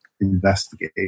investigate